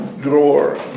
drawer